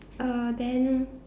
uh then